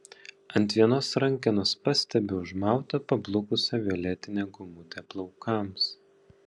ant vienos rankenos pastebiu užmautą pablukusią violetinę gumutę plaukams